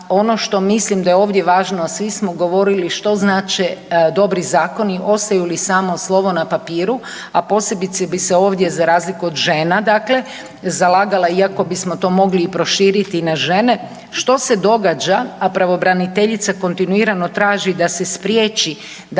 ono što mislim da je ovdje važno, a svi smo govorili što znače dobri zakoni, ostaju li samo slovo na papiru, a posebice se ovdje za razliku od žena dakle zalagala iako bismo to mogli proširiti i na žene što se događa, a pravobraniteljica kontinuirano traži da se spriječi da